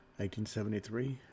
1873